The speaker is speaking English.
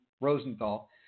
Rosenthal